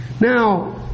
Now